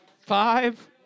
five